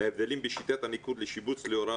ההבדלים בשיטת הניקוד לשיבוץ להוראה